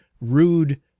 rude